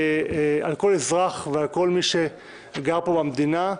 על כל אזרח ועל כל מי שגר פה במדינה.